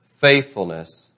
faithfulness